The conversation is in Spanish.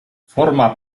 forma